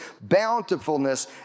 bountifulness